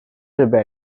日本